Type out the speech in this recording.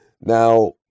Now